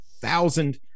thousand